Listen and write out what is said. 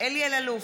אלי אלאלוף,